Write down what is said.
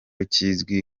kizwi